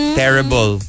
terrible